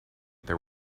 there